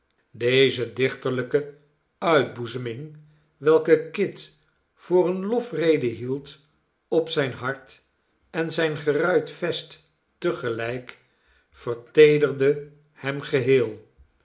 deze dichterlijke uitboezeming welke kit voor eene lofrede hield op zijn hart en zijn geruit vest te gelijk verteederde hem geheel